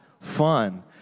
fun